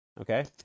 Okay